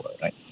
right